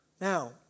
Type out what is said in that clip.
Now